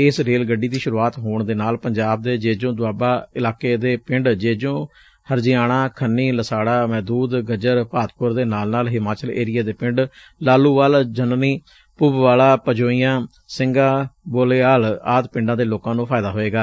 ਇਸ ਰੇਲ ਗੱਡੀ ਦੀ ਸ਼ੁਰੂਆਤ ਹੋਣ ਦੇ ਨਾਲ ਪੰਜਾਬ ਦੇ ਜੇਜੋਂ ਦੁਆਬਾ ਇਲਾਕੇ ਦੇ ਪੰਡ ਜੇਜੋਂ ਹਰਜੀਆਣਾ ਖੰਨੀ ਲਸਾੜਾ ਮਹਿਦੁਦ ਗੱਜਰ ਭਾਤਪੁਰ ਦੇ ਨਾਲ ਨਾਲ ਹਿਮਾਚਲ ਏਰੀਏ ਦੇ ਪਿੰਡ ਲਾਲੁਵਾਲ ਜਨਨੀ ਪੁਬਵਾਲਾ ਪਜੋਈਆਂ ਸਿੰਗਾ ਬੋਲੇਆਲ ਆਦਿ ਪਿੰਡਾਂ ਦੇ ਲੋਕਾਂ ਨੂੰ ਫਾਇਦਾ ਹੋਵੇਗਾ